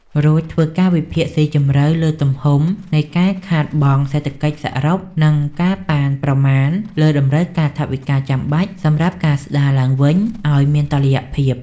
រួចធ្វើការវិភាគស៊ីជម្រៅលើទំហំនៃការខាតបង់សេដ្ឋកិច្ចសរុប និងការប៉ាន់ប្រមាណលើតម្រូវការថវិកាចាំបាច់សម្រាប់ការស្តារឡើងវិញឱ្យមានតុល្យភាព។